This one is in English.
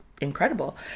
incredible